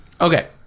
okay